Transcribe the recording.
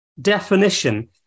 definition